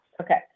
Okay